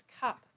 cup